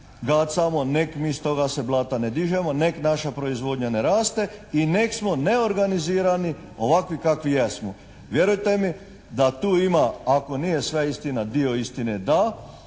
gacamo, nek mi s toga se blata ne dižemo, nek naša proizvodnja ne raste i nek smo neorganizirani ovakvi kakvi jesmo. Vjerujte mi da tu ima ako nije sve istina dio istine da.